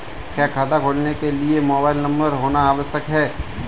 क्या खाता खोलने के लिए मोबाइल नंबर होना आवश्यक है?